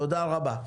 תודה רבה.